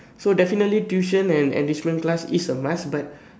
so definitely tuition and enrichment class is a must but